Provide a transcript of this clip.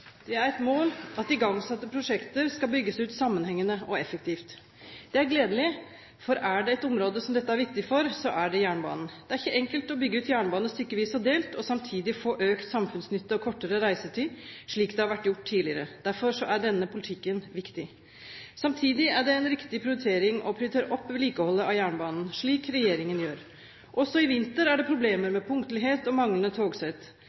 Det er et mål at igangsatte prosjekter skal bygges ut sammenhengende og effektivt. Det er gledelig, for er det ett område som dette er viktig for, så er det jernbanen. Det er ikke enkelt å bygge ut jernbane stykkevis og delt og samtidig få økt samfunnsnytte og kortere reisetid, slik det har vært gjort tidligere. Derfor er denne politikken viktig. Samtidig er det en riktig prioritering å prioritere opp vedlikeholdet av jernbanen, slik regjeringen gjør. Også i vinter er det problemer med punktlighet og manglende togsett.